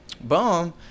boom